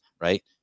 right